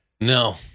No